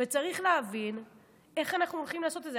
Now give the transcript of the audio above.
וצריך להבין איך אנחנו הולכים לעשות את זה.